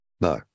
No